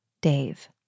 Dave